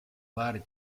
vari